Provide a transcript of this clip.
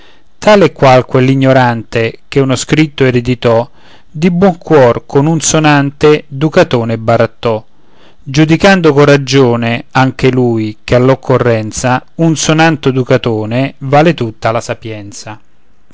e qual quell'ignorante che uno scritto ereditò di buon cuor con un sonante ducatone barattò giudicando con ragione anche lui che all'occorrenza un sonante ducatone vale tutta la sapienza